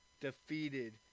defeated